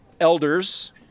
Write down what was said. elders